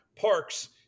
Parks